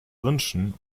wünschen